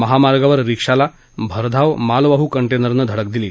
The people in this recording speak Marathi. महामार्गावर रिक्षाला भरधाव मालवाहू कंटेनरनं धडक दिली